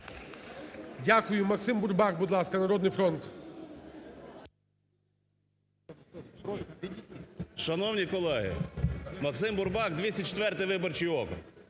Дякую. Максим Бурбак, будь ласка, "Народний фронт".